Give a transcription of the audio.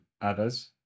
others